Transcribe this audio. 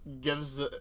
gives